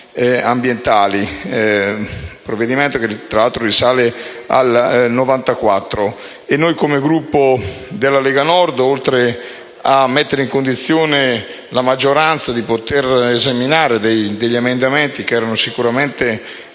Il relativo provvedimento, tra l'altro, risale al 1994. Come Gruppo della Lega Nord, oltre a mettere in condizione la maggioranza di poter esaminare degli emendamenti certamente